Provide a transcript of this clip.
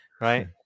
Right